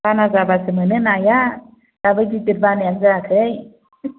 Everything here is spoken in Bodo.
बाना जाबासो मोनो नाया दाबो गिदिर बानायानो जायाखै